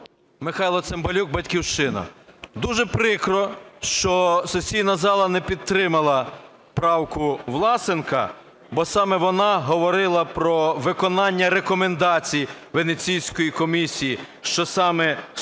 Михайло Цимбалюк, "Батьківщина". Дуже прикро, що сесійна зала не підтримала правку Власенка, бо саме вона говорила про виконання рекомендацій Венеційської комісії, що саме судді